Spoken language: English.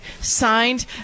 Signed